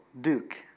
duke